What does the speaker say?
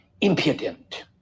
impudent